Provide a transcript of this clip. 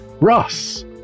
Russ